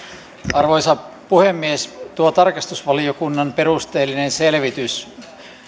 arvoisa puhemies tuo tarkastusvaliokunnan perusteellinen selvitys